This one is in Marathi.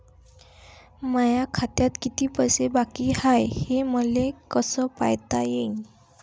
माया खात्यात किती पैसे बाकी हाय, हे मले कस पायता येईन?